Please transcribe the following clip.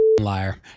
liar